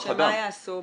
שמה יעשו?